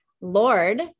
Lord